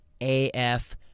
AF